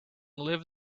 live